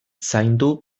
zaindu